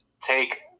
take